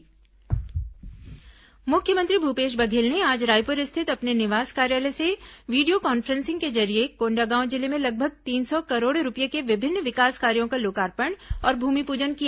मुख्यमंत्री लोकार्पण मुख्यमंत्री भूपेश बघेल ने आज रायपुर स्थित अपने निवास कार्यालय से वीडियो कॉन्फ्रेंसिंग के जरिये कोंडागांव जिले में लगभग तीन सौ करोड़ रूपये के विभिन्न विकास कार्यों का लोकार्पण और भूमिपूजन किया